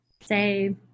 say